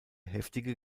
heftige